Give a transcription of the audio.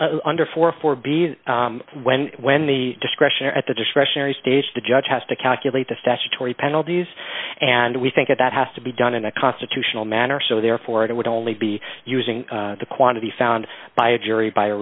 yes under for for being when when the discretion or at the discretionary stage the judge has to calculate the statutory penalties and we think that that has to be done in a constitutional manner so therefore it would only be using the quantity found by a jury by a